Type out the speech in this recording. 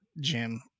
Jim